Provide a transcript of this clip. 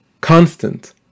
constant